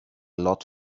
lot